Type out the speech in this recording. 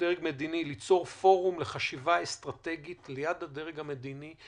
דרג מדיני ליצור פורום לחשיבה אסטרטגית ליד הדרג המדיני,